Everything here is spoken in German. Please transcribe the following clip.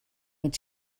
mit